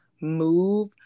move